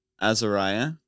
Azariah